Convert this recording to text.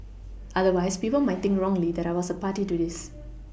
otherwise people might wrongly that I was party to this